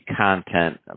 content